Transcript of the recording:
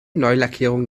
neulackierung